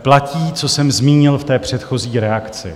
Platí, co jsem zmínil v předchozí reakci.